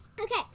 Okay